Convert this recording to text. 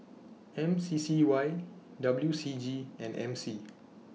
M C C Y W C G and M C